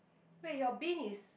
wait your bin is